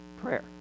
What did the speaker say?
prayer